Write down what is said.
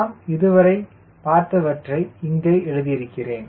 நாம் இதுவரை பார்த்தவற்றை இங்கே எழுதுகிறேன்